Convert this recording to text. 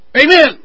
Amen